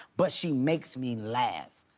but she makes me laugh,